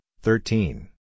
thirteen